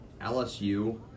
LSU